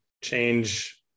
change